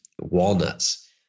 walnuts